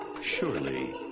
surely